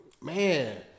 man